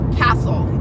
castle